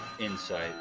insight